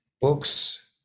books